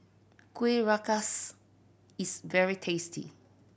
Kueh Rengas is very tasty